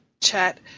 chat